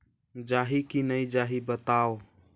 जाही की नइ जाही बताव?